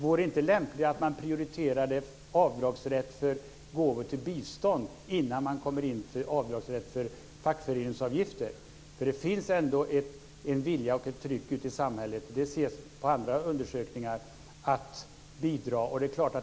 Vore det inte lämpligt att man prioriterade avdragsrätt för gåvor till bistånd innan man kommer till avdragsrätt för fackföreningsavgifter? Det finns ändå en vilja och ett tryck ute i samhället, det ser vi från andra undersökningar, att bidra.